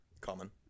Common